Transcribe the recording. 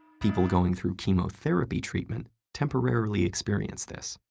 people going through chemotherapy treatment temporarily experience this.